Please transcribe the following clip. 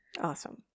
Awesome